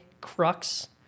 crux